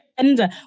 gender